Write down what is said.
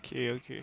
okay okay